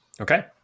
Okay